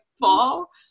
fall